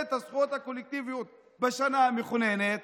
את הזכויות הקולקטיביות בשנה המכוננת,